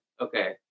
okay